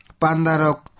Pandarok